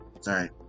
Sorry